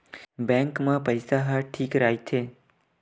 Bank मा पईसा ह ठीक राइथे?